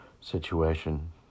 situation